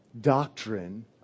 doctrine